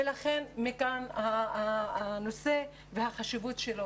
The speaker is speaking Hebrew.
לכן מכאן הנושא והחשיבות שלו,